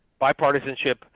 Bipartisanship